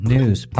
News